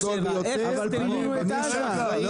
טרור.